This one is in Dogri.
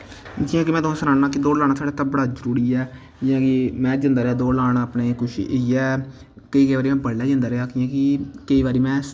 जियां में तुसेंगी सनाना की दौड़ लाना साढ़े आस्तै किन्ना जरूरी ऐ में जंदा रेहा दौड़ लाना अपना किश इयै की जे में पैह्लें जंदा रेहा की में